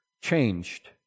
changed